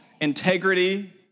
integrity